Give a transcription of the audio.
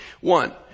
One